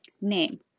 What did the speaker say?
name